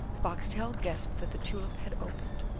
boxtel guessed that the tulip had opened,